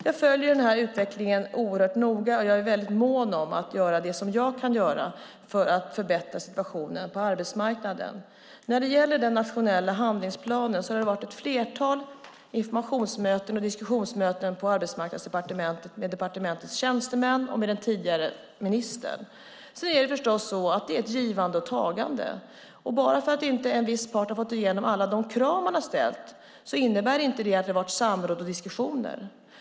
Jag följer denna utveckling oerhört noga, och jag är väldigt mån om att göra det som jag kan göra för att förbättra situationen på arbetsmarknaden. När det gäller den nationella handlingsplanen har det varit ett flertal informationsmöten och diskussionsmöten på Arbetsmarknadsdepartementet med departementets tjänstemän och med den tidigare ministern. Det är förstås ett givande och tagande. Bara för att en viss part inte har fått igenom alla de krav som man har ställt innebär det inte att det har varit samråd och diskussioner.